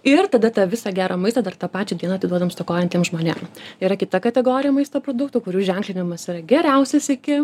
ir tada tą visą gerą maistą dar tą pačią dieną atiduodam stokojantiem žmonėm yra kita kategorija maisto produktų kurių ženklinimas yra geriausias iki